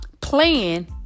plan